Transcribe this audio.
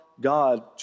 God